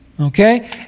Okay